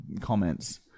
comments